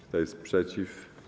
Kto jest przeciw?